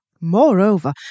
Moreover